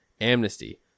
amnesty